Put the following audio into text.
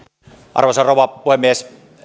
arvoisa rouva puhemies